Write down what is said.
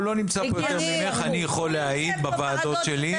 הוא לא נמצא כאן יותר ממך - ואני יכול להעיד על כך בוועדה שלי.